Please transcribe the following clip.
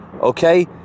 Okay